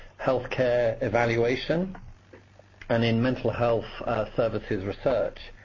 health care evaluation and in mental health services research.